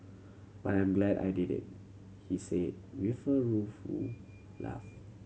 but I'm glad I did it he say with a rueful laugh